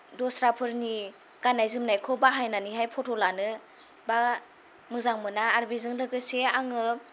दस्राफोरनि गान्नाय जोमनायखौ बाहायनानैहाय फट' लानो बा मोजां मोना आरो बेजों लोगोसे आङो